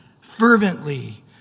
fervently